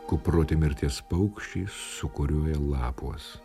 kuproti mirties paukščiai sūkuriuoja lapuos